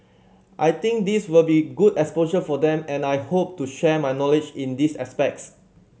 I think this will be good exposure for them and I hope to share my knowledge in these aspects